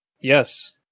Yes